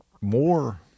more